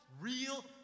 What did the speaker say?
real